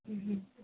હં હં